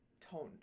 toned